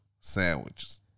sandwiches